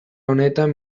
honetan